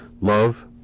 love